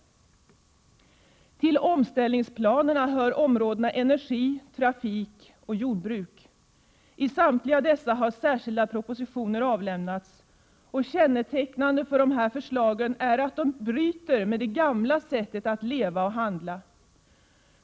Till omställningsplanerna hör områdena energi, trafik och jordbruk. I fråga om samtliga dessa har särskilda propositioner avlämnats. Känneteck nande för förslagen är att de bryter med det gamla sättet att leva och handla.